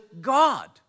God